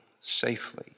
safely